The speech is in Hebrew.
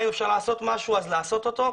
ואם אפשר לעשות חקיקה בעניין הזה אז צריך לעשות אותה,